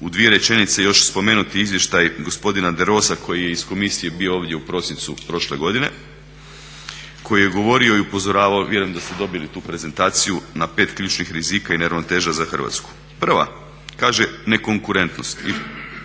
u dvije rečenice još spomenuti izvještaj gospodina Derosa koji je iz komisije bio ovdje u prosincu prošle godine, koji je govorio i upozoravao, vjerujem da ste dobili tu prezentaciju, na pet ključnih rizika i neravnoteža za Hrvatsku. Prva, kaže nekonkurentnost